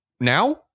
now